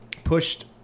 pushed